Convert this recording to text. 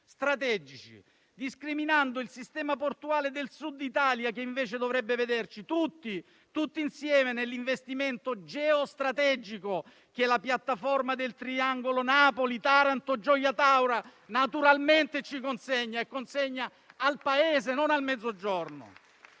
strategici, discriminando il sistema portuale del Sud Italia, che invece dovrebbe vederci tutti insieme nell'investimento geostrategico che la piattaforma del triangolo Napoli-Taranto-Gioia Tauro naturalmente ci consegna, e consegna al Paese, non al Mezzogiorno.